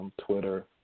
Twitter